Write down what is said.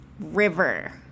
River